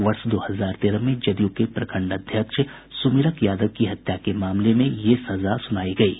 वर्ष दो हजार तेरह में जदयू के प्रखंड अध्यक्ष सुमिरक यादव की हत्या के मामले में ये सजा सुनायी गयी है